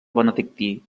benedictí